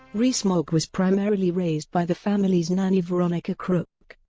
rees-mogg was primarily raised by the family's nanny veronica crook,